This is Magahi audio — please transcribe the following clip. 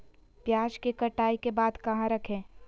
प्याज के कटाई के बाद कहा रखें?